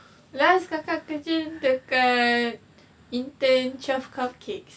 last kakak kerja dekat intern twelve cupcakes